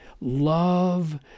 love